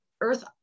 earth